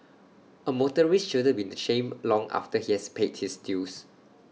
A motorist shouldn't be the shamed long after he has paid his dues